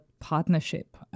partnership